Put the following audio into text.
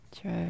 True